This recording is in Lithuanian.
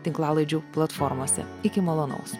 tinklalaidžių platformose iki malonaus